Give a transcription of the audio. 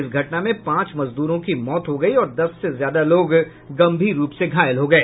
इस घटना में पांच मजदूरों की मौत हो गई और दस से ज्यादा लोग गंभीर रूप से घायल हो गए